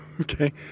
Okay